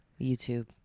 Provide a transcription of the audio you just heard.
YouTube